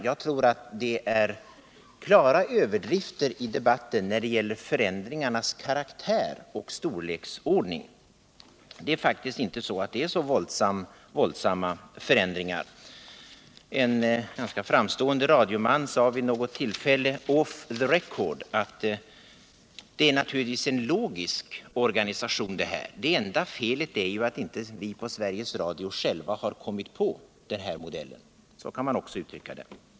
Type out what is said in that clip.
Jag tror att det är klara överdrifter i debatten när det gäller förändringarnas karaktär och storleksordning — det är faktiskt inte fråga om så våldsamma förändringar. En ganska framstående radioman sade vid ett tillfälle ”off the record”: Detta är naturligtvis en logisk organisation. Det enda felet är att inte vi på Sveriges Radio själva har kommit på den här modellen. Så kan man också uttrycka det.